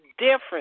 Different